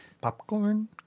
Popcorn